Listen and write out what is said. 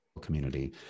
community